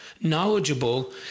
knowledgeable